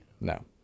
No